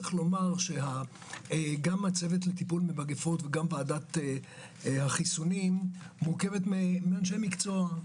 גם הצוות לטיפול במגפות וגם ועדת החיסונים מורכבת מאנשי מקצוע,